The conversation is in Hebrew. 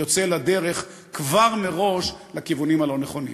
יוצא לדרך כבר מראש לכיוונים הלא-נכונים.